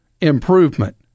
improvement